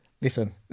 listen